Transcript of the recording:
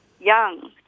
young